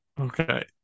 Okay